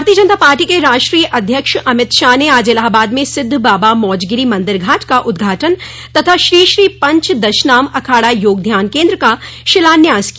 भारतीय जनता पार्टी के राष्ट्रीय अध्यक्ष अमित शाह ने आज इलाहाबाद में सिद्ध बाबा मौजगिरी मंदिर घाट का उद्घाटन तथा श्री श्री पंच दशनाम् अखाड़ा योग ध्यान केन्द्र का शिलान्यास किया